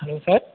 hello sir